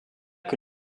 que